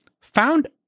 found